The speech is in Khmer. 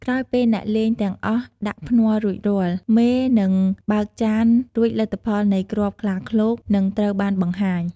ក្រោយពេលអ្នកលេងទាំងអស់ដាក់ភ្នាល់រួចរាល់ មេនឹងបើកចានរួចលទ្ធផលនៃគ្រាប់ខ្លាឃ្លោកនឹងត្រូវបានបង្ហាញ។